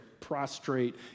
prostrate